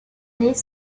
naît